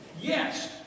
Yes